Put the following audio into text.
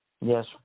yes